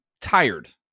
tired